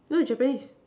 you know Japanese